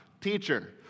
teacher